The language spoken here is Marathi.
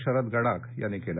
शरद गडाख यांनी केलं